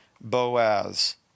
Boaz